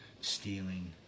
stealing